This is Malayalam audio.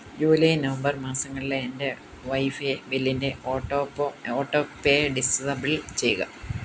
ജൂലൈ നവംബർ മാസങ്ങളിലെ എൻ്റെ വൈഫൈ ബില്ലിൻ്റെ ഓട്ടോപേ ഡിസബിൾ ചെയ്യുക